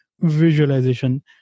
visualization